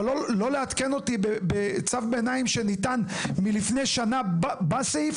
אבל לא לעדכן אותי בצו ביניים שניתן לפני שנה בסעיף